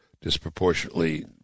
disproportionately